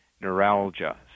neuralgia